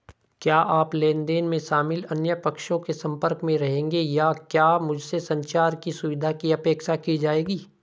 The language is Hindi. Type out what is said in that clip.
क्या आप लेन देन में शामिल अन्य पक्षों के संपर्क में रहेंगे या क्या मुझसे संचार की सुविधा की अपेक्षा की जाएगी?